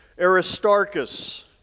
Aristarchus